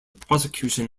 prosecution